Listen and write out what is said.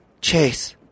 Chase